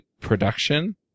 production